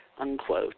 unquote